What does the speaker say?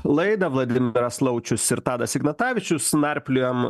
laidą vladimiras laučius ir tadas ignatavičius narpliojam